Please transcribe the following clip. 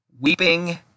Weeping